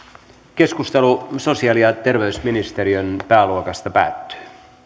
keskustelu sosiaali ja terveysministeriön pääluokasta päättyy